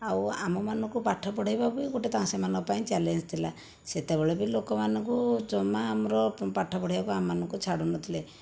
ଆଉ ଆମମାନଙ୍କୁ ପାଠ ପଢ଼େଇବା ବି ଗୋଟିଏ ସେମାନଙ୍କ ପାଇଁ ଚ୍ୟାଲେଞ୍ଜ ଥିଲା ସେତେବେଳେ ବି ଲୋକମାନଙ୍କୁ ଜମା ଆମର ପାଠ ପଢ଼େଇବାକୁ ଆମମାନଙ୍କୁ ଛାଡ଼ୁନଥିଲେ